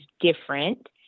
different